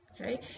okay